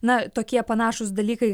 na tokie panašūs dalykai